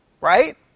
right